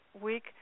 week